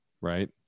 right